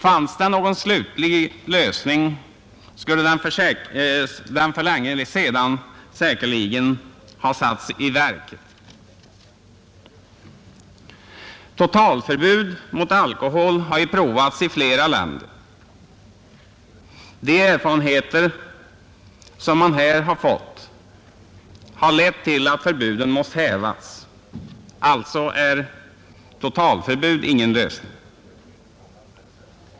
Om det funnits någon slutlig lösning, skulle denna säkerligen för länge sedan ha tillgripits. Totalförbud mot alkohol har ju provats i flera länder. De erfarenheter man därvid fått har lett till att förbuden måste hävas. Alltså är totalförbud ingen lösning.